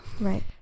Right